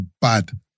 bad